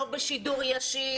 לא בשידור ישיר,